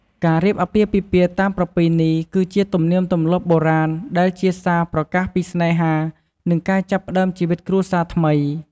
ការរៀបអាពាហ៍ពិពាហ៍តាមប្រពៃណីគឺជាទំនៀមទម្លាប់បុរាណដែលជាសារប្រកាសពីស្នេហា និងការចាប់ផ្តើមជីវិតគ្រួសារថ្មី។